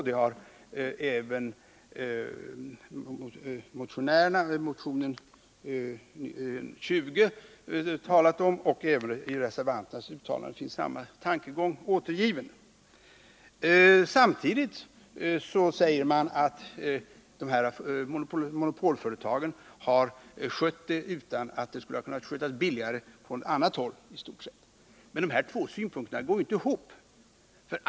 Det har även motionärerna talat om i motionen 20. Också i reservanternas uttalande finns samma tankegång återgiven. Samtidigt säger man att de här monopolföretagen har skött upphandlingen på ett sådant sätt att den inte skulle kunna bli billigare om den sköttes på annat sätt. Men de här två synpunkterna går inte ihop.